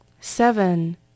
seven